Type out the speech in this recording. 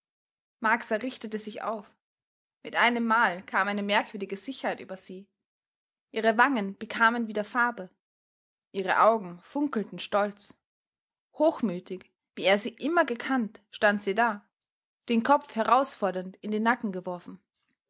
marcsa richtete sich auf mit einemmal kam eine merkwürdige sicherheit über sie ihre wangen bekamen wieder farbe ihre augen funkelten stolz hochmütig wie er sie immer gekannt stand sie da den kopf herausfordernd in den nacken geworfen